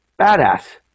badass